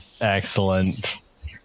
excellent